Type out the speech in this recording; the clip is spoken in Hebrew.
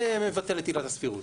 מבטל את עילת הסבירות,